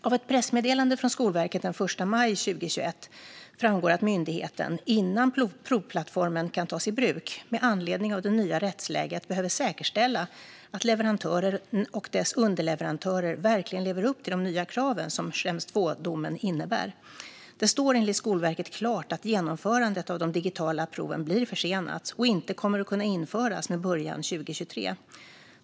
Av ett pressmeddelande från Skolverket den 1 mars 2021 framgår att myndigheten med anledning av det nya rättsläget innan provplattformen kan tas i bruk behöver säkerställa att leverantören och dess underleverantörer verkligen lever upp till de nya krav som Schrems II-domen innebär. Det står enligt Skolverket klart att genomförandet av de digitala proven blir försenat och inte kommer att kunna ske med början 2023.